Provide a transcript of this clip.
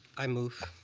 i move.